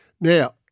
Now